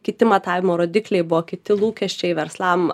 kiti matavimo rodikliai buvo kiti lūkesčiai verslam